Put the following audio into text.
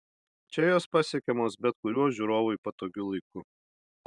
čia jos pasiekiamos bet kuriuo žiūrovui patogiu laiku